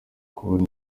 kubona